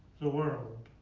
the world.